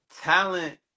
talent